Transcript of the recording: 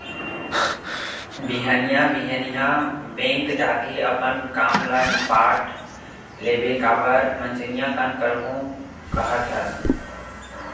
बिहनिया बिहनिया बेंक जाके अपन काम ल निपाट लेबे काबर मंझनिया कन करहूँ काहत हस